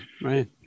right